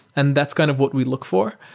and that's kind of what we look for.